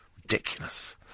Ridiculous